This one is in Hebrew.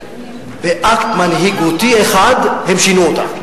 באקט מנהיגותי אחד הם שינו אותה.